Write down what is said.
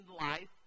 life